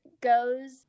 goes